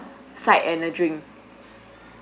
side and a drink